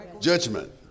Judgment